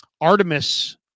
Artemis